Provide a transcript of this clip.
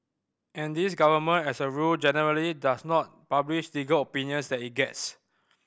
and this government as a rule generally does not publish legal opinions that it gets